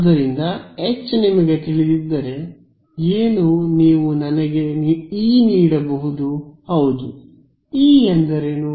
ಆದ್ದರಿಂದ H ನಿಮಗೆ ತಿಳಿದಿದ್ದರೆ ಏನು ನೀವು ನನಗೆ E ನೀಡಬಹುದು ಹೌದು ಹೌದು E ಎಂದರೇನು